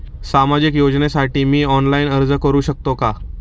सामाजिक योजनेसाठी मी ऑनलाइन अर्ज करू शकतो का?